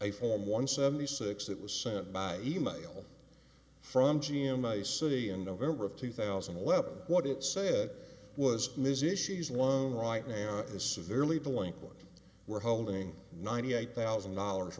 a form one seventy six that was sent by e mail from g m a city in november of two thousand and eleven what it said was ms issues alone right now is severely delinquent we're holding ninety eight thousand dollars